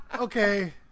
Okay